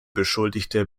beschuldigte